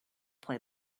play